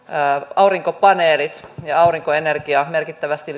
aurinkopaneelit ja aurinkoenergia merkittävästi